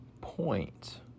point